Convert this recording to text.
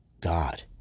God